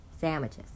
Sandwiches